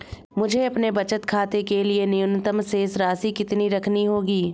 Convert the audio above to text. मुझे अपने बचत खाते के लिए न्यूनतम शेष राशि कितनी रखनी होगी?